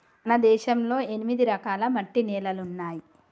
మన దేశంలో ఎనిమిది రకాల మట్టి నేలలున్నాయి